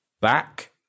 back